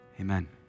Amen